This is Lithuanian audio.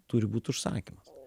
turi būti užsakymas